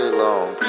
long